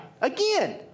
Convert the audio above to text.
again